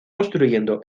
construyendo